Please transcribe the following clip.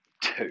two